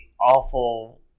awful